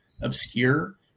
obscure